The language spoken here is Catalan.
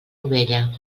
novella